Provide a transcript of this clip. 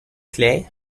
clés